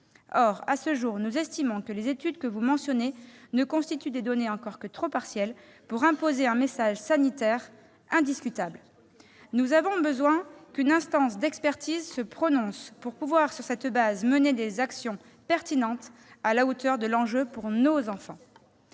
Or, à ce jour, nous estimons que les données des études que vous mentionnez sont encore trop partielles pour imposer un message sanitaire indiscutable. Nous avons besoin qu'une instance d'expertise se prononce pour pouvoir, sur cette base, mener les actions pertinentes, à la hauteur de l'enjeu pour nos enfants.